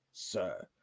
sir